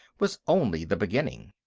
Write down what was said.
was only the beginning.